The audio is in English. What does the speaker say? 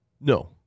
No